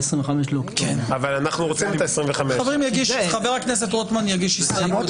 חבר הכנסת רוטמן יגיש הסתייגות בנושא.